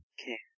Okay